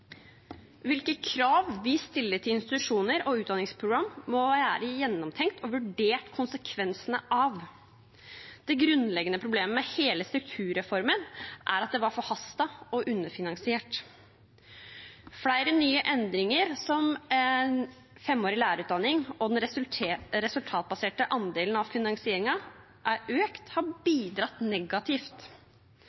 Hvilke krav vi stiller til institusjoner og utdanningsprogram, må være gjennomtenkt, og konsekvensene må være vurdert. Det grunnleggende problemet med hele strukturreformen er at den var forhastet og underfinansiert. Flere nye endringer, som femårig lærerutdanning og at den resultatbaserte andelen av finansieringen er økt, har